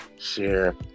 share